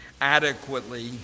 adequately